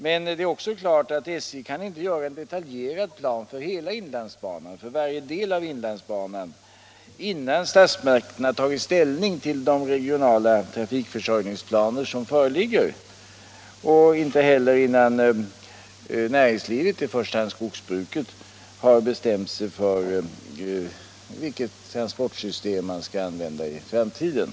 Men det är också klart att SJ inte kan göra en detaljerad plan för varje del av inlandsbanan innan statsmakterna har tagit ställning till de regionala trafikförsörjningsplaner som föreligger, och inte heller innan näringslivet, i första hand skogsbruket, har bestämt sig för vilket transportsystem man skall använda i framtiden.